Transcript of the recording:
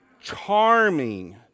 charming